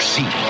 See